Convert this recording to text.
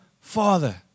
Father